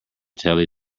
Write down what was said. telly